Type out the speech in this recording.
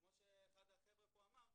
כמו שאחד כאן כבר אמר: